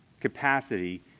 capacity